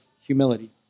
humility